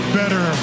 better